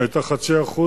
שהיתה 0.5%,